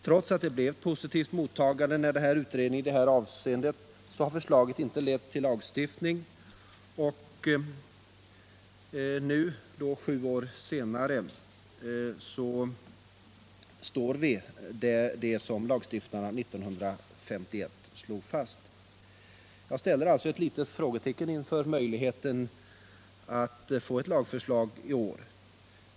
Trots att det blev ett positivt mottagande av utredningen i detta avseende har förslaget inte lett till lagstiftning, och i dag, sju år senare, gäller detsamma som lagstiftarna 1951 slog fast. Jag sätter alltså ett litet frågetecken för möjligheten att få ett lagförslag i år.